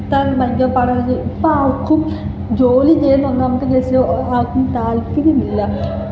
നിർത്താൻ ഭയങ്കര പാടാണ് അല്ലെങ്കിൽ ഇപ്പോൾ ആർക്കും ജോലി ചെയ്യാൻ ഒന്നാമത്തെ കേസ് ആർക്കും താൽപര്യമില്ല